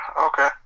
Okay